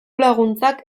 laguntzak